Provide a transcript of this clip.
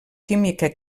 química